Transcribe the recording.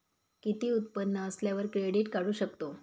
किती उत्पन्न असल्यावर क्रेडीट काढू शकतव?